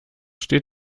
steht